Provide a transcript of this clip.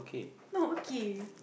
not okay